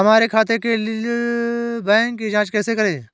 हमारे खाते के बैंक की जाँच कैसे करें?